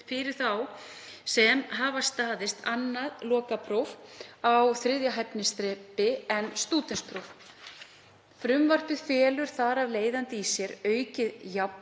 fyrir þá sem hafa staðist annað lokapróf á þriðja hæfniþrepi en stúdentspróf. Frumvarpið felur þar af leiðandi í sér aukið jafnræði